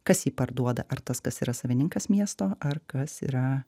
kas jį parduoda ar tas kas yra savininkas miesto ar kas yra